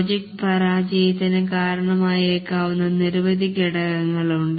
project പരാജയത്തിന് കാരണമായേക്കാവുന്ന നിരവധി ഘടകങ്ങൾ ഉണ്ട്